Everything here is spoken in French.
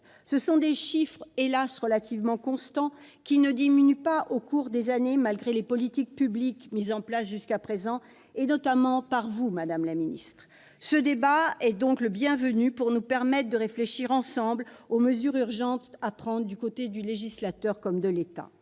Ce sont là des chiffres, hélas ! relativement constants, qui ne diminuent pas au fil des années, malgré les politiques publiques déployées jusqu'à présent, notamment par vous, madame la ministre. Ce débat est donc bienvenu pour nous permettre de réfléchir ensemble aux mesures urgentes qu'il faut prendre, par le législateur comme par l'État.